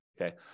Okay